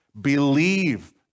believe